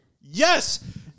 Yes